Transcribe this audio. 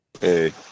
Hey